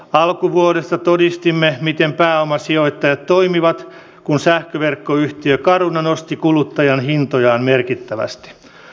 alkuvuodesta todistimme miten pääomasijoittajat toimivat kun sähköverkkoyhtiö caruna nosti kuluttajahintojaan merkittävästi